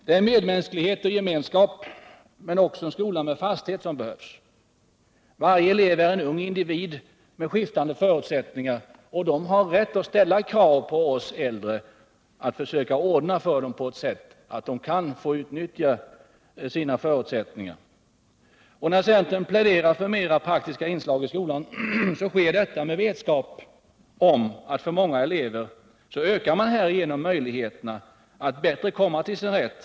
Det är medmänsklighet och gemenskap men också en skola med fasthet som behövs. Varje elev är en ung individ med skiftande förutsättningar. Eleverna har rätt att ställa krav på oss äldre att vi försöker ordna för dem på ett sådant sätt att de kan få utnyttja sina förutsättningar. När centern pläderar för mer praktiska inslag i skolan sker detta med vetskap om att för många elever ökar man därigenom möjligheterna att bättre komma till sin rätt.